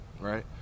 right